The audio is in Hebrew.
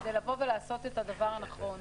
כדי לעשות את הדבר הנכון.